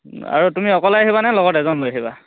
আৰু তুমি অকলে আহিবা নে লগত এজন লৈ আহিবা